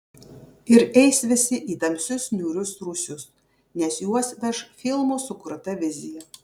ir eis visi į tamsius niūrius rūsius nes juos veš filmų sukurta vizija